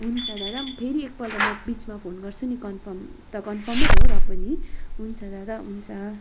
हुन्छ दादा म फेरि एकपल्ट म बिचमा फोन गर्छु नि कन्फर्म त कन्फर्मै हो र पनि हुन्छ दादा हुन्छ